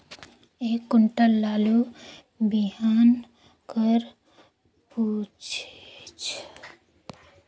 एक कुंटल आलू बिहान कर पिछू सप्ता म औसत दाम कतेक रहिस?